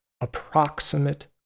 approximate